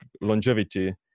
longevity